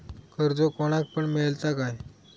कर्ज कोणाक पण मेलता काय?